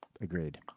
Agreed